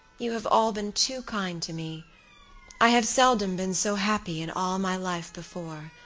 you have all been too kind to me i have seldom been so happy in all my life before,